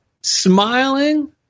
Smiling